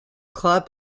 club